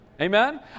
Amen